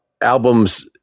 albums